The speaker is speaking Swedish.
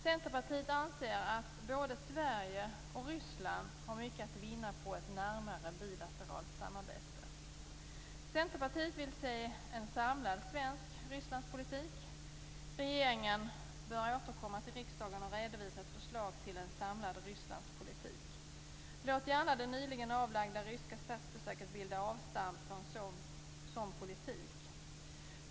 Centerpartiet anser att både Sverige och Ryssland har mycket att vinna på ett närmare bilateralt samarbete. Centerpartiet vill se en samlad svensk Rysslandspolitik. Regeringen bör återkomma till riksdagen och redovisa ett förslag till en samlad Rysslandspolitik. Låt gärna det nyligen avlagda ryska statsbesöket bilda avstamp för en sådan politik.